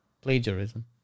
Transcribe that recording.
plagiarism